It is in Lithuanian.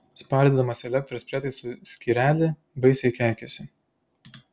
spardydamas elektros prietaisų skyrelį baisiai keikėsi